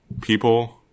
People